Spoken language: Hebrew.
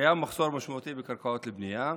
קיים מחסור משמעותי בקרקעות לבנייה,